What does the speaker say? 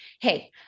hey